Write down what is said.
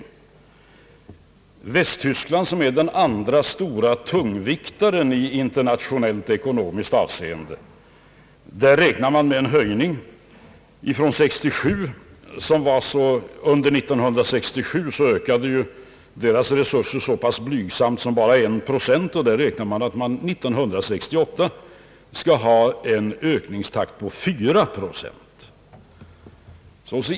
I Västtyskland, som är den andra stora tungviktaren i internationellt ekonomiskt avseende, ökade resurserna under 1967 med ett så pass blygsamt tal som 1 procent. 1968 räknar man med att öka höjningstakten till 4 procent.